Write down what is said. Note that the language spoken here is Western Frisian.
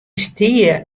stie